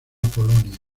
polonia